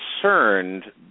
concerned